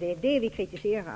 Det är det vi kritiserar.